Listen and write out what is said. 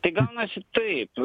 tai gaunasi taip